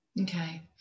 okay